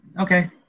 okay